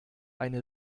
eine